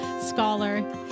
scholar